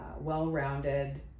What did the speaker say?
well-rounded